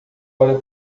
olha